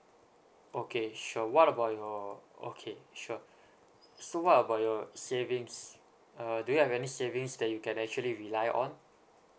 okay sure what about your okay sure so what about your savings uh do you have any savings that you can actually rely on